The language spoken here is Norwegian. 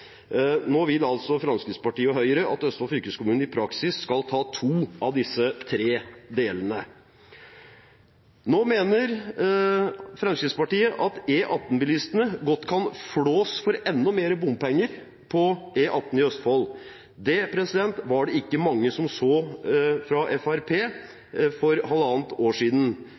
Nå vil altså Fremskrittspartiet og Høyre at Østfold fylkeskommune i praksis skal ta to av disse tre delene. Nå mener Fremskrittspartiet at E18-bilistene godt kan flås for enda mer bompenger på E18 i Østfold. Det var det ikke mange som så fra Fremskrittspartiet for halvannet år siden.